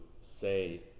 say